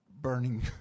burning